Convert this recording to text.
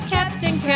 Captain